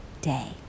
day